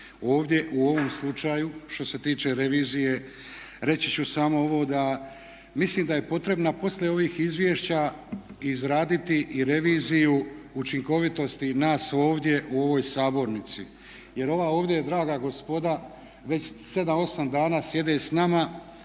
ovdje u ovom slučaju što se tiče revizije reći ću samo ovo da mislim da je potrebna poslije ovih izvješća izraditi i reviziju učinkovitosti nas ovdje u ovoj sabornici. Jer ova ovdje draga gospoda već 7,8 dana sjede s nama